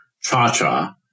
Cha-cha